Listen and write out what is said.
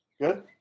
good